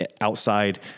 outside